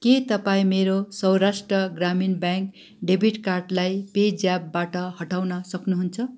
के तपाईँ मेरो सौराष्ट ग्रामीण ब्याङ्क डेबिट कार्डलाई पेज्यापबाट हटाउन सक्नुहुन्छ